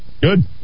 Good